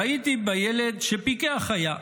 ראיתי בילד שפיקח היה.